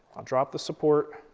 i'll drop the support,